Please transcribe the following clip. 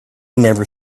never